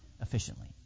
efficiently